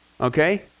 okay